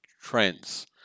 trends